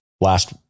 last